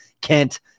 Kent